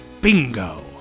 Bingo